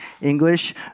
English